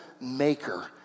maker